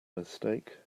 mistake